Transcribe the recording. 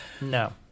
no